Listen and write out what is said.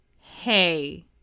hey